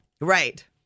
Right